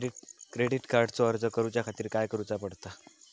Credit कार्डचो अर्ज करुच्या खातीर काय करूचा पडता?